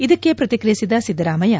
ಇದಕ್ಕೆ ಪ್ರತಿಕ್ರಿಯಿಸಿದ ಸಿದ್ದರಾಮಯ್ಯ